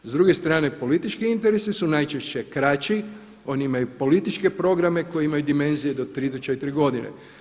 S druge strane politički interesi su najčešće kraći, oni imaju političke programe koji imaju dimenzije tri do četiri godine.